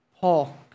Paul